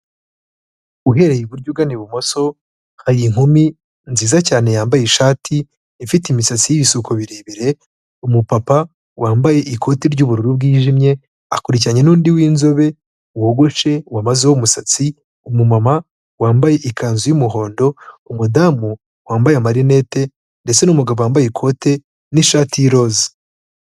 Uhereye iburyo ugana ibumoso hari inkumi nziza cyane yambaye ishati ifite imisatsi y'ibisuko birebire, umupapa wambaye ikoti ry'ubururu bwijimye akurikiranye n'undi w'inzobe wogoshe wamazeho, umumama wambaye ikanzu y'umuhondo, umudamu wambaye amarinete ndetse n'umugabo wambaye ikote n'ishati y'iroza.